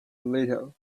little